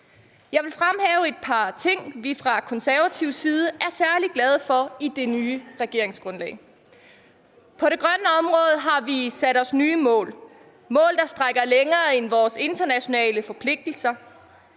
Jeg vil fremhæve et par ting, vi fra konservativ side er særlig glade for i det nye regeringsgrundlag. På det grønne område har vi sat os nye mål – mål, der rækker længere end vores internationale forpligtelser.